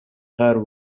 her